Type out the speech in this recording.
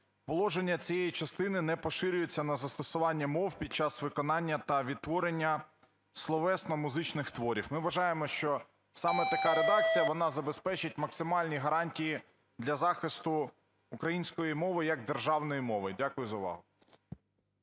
Положення цієї частини не поширюється на застосування мов під час виконання та відтворення словесно-музичних творів". Ми вважаємо, що саме така редакція, вона забезпечить максимальні гарантії для захисту української мови як державної мови. Дякую за увагу.